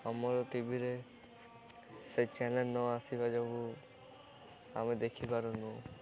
ଆମର ଟିଭିରେ ସେ ଚ୍ୟାନେଲ୍ ନ ଆସିବା ଯୋଗୁଁ ଆମେ ଦେଖିପାରୁନୁ